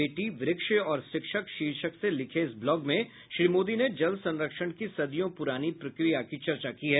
बेटी वृक्ष और शिक्षक शीर्षक से लिखे इस ब्लॉग में श्री मोदी ने जल संरक्षण की सदियों पुरानी प्रक्रिया की चर्चा की है